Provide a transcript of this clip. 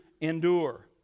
endure